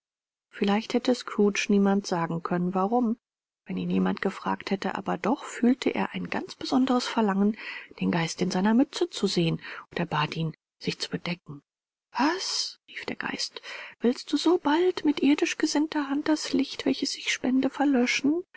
vielleicht hätte scrooge niemand sagen können warum wenn ihn jemand gefragt hätte aber doch fühlte er ein ganz besonderes verlangen den geist in seiner mütze zu sehen und er bat ihn sich zu bedecken was rief der geist willst du sobald mit irdisch gesinnter hand das licht welches ich spende verlöschen